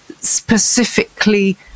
specifically